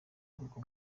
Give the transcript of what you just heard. bwoko